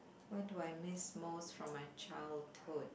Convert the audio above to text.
what do I miss most from my childhood